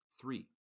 Three